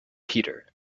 peter